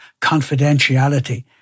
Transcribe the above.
confidentiality